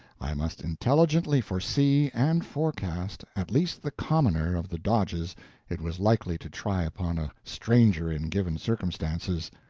i must intelligently foresee and forecast at least the commoner of the dodges it was likely to try upon a stranger in given circumstances,